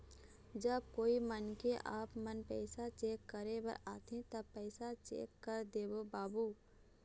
जब कोई मनखे आपमन पैसा चेक करे बर आथे ता पैसा चेक कर देबो बाबू?